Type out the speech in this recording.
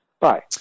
Bye